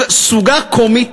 "סוגה קומית,